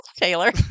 Taylor